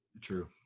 true